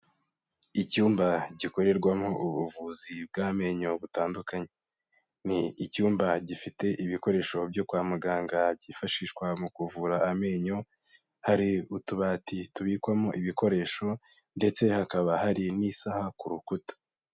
Icyumba gikorerwamo ubuvuzi bw'amenyo butandukanye, ni icyumba gifite ibikoresho byo kwa muganga byifashishwa mu kuvura amenyo, hari utubati tubikwamo ibikoresho ndetse hakaba hari n'isaha ku rukuta.